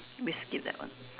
we skip that one